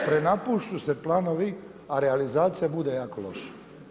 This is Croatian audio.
Prenapušu se planovi, a realizacija bude jako loša.